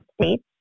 States